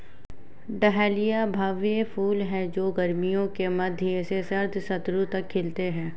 dahlia भव्य फूल हैं जो गर्मियों के मध्य से शरद ऋतु तक खिलते हैं